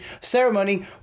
ceremony